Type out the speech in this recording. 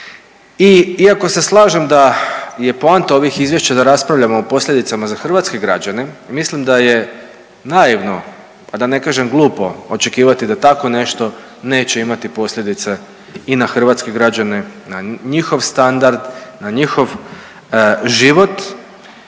iako se slažem da je poanta ovih izvješća da raspravljamo o posljedicama za hrvatske građane, mislim da je naivno, a da ne kažem glupo očekivati da tako nešto neće imati posljedice i na hrvatske građane, na njihov standard, na njihov život